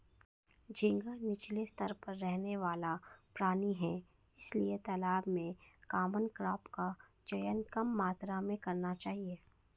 झींगा नीचले स्तर पर रहने वाला प्राणी है इसलिए तालाब में कॉमन क्रॉप का चयन कम मात्रा में करना चाहिए